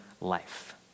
life